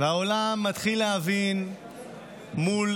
והעולם מתחיל להבין מול